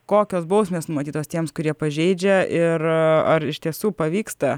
kokios bausmės numatytos tiems kurie pažeidžia ir ar iš tiesų pavyksta